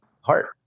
heart